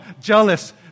jealous